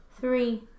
Three